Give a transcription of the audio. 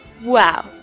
Wow